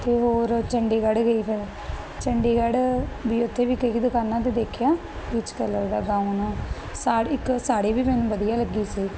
ਤੇ ਹੋਰ ਚੰਡੀਗੜ੍ਹ ਗਈ ਫਿਰ ਚੰਡੀਗੜ੍ਹ ਵੀ ਉਥੇ ਵੀ ਕਈ ਦੁਕਾਨਾਂ ਤੇ ਦੇਖਿਆ ਪੀਚ ਕਲਰ ਦਾ ਗਾਊਨ ਸਾੜ ਇੱਕ ਸਾੜੀ ਵੀ ਮੈਨੂੰ ਵਧੀਆ ਲੱਗੀ ਸੀ